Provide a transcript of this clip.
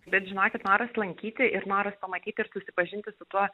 bet žinokit noras lankyti ir noras pamatyti ir susipažinti su tuo